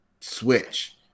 switch